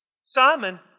Simon